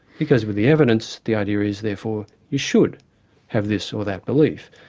because with the evidence, the idea is therefore we should have this or that belief.